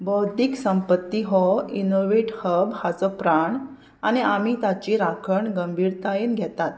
बौद्दीक संपत्ती हो innovate hub हाचो प्राण आनी आमी ताची राखण गंभीरतायेन घेतात